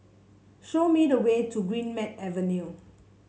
show me the way to Greenmead Avenue